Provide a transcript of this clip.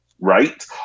right